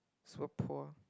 so poor